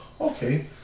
okay